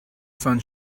sun